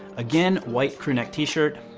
again, white crew neck t-shirt.